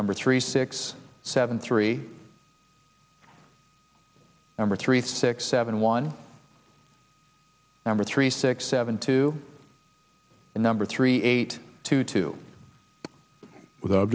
number three six seven three number three six seven one number three six seven two number three eight two two with